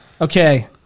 okay